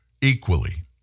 equally